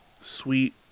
sweet